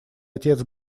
отец